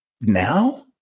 now